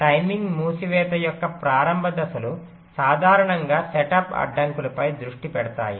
కాబట్టి టైమింగ్ మూసివేత యొక్క ప్రారంభ దశలు సాధారణంగా సెటప్ అడ్డంకులపై దృష్టి పెడతాయి